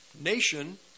nation